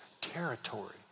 territory